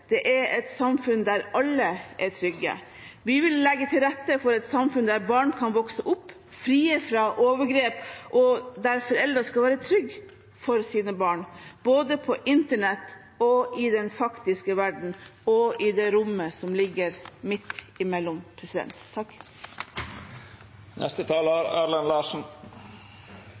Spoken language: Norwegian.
trygge, er et samfunn der alle er trygge. Vi vil legge til rette for et samfunn der barn kan vokse opp frie fra overgrep, og der foreldrene skal være trygge for sine barn, både på internett og i den faktiske verden – og i det rommet som ligger midt imellom.